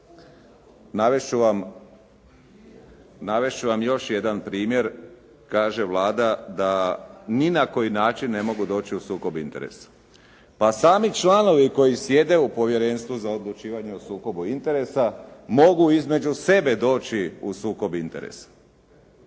Navest ću vam još jedan primjer. Kaže Vlada da ni na koji način ne mogu doći u sukob interesa. Pa sami članovi koji sjede u Povjerenstvu za odlučivanje o sukobu interesa mogu između sebe doći u sukob interesa.